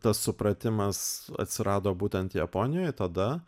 tas supratimas atsirado būtent japonijoje tada